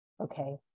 Okay